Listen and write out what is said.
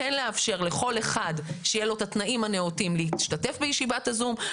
כן לאפשר לכל אחד שיהיו לו את התנאים הנאותים להשתתף בישיבת ה-זום,